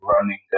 running